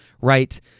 right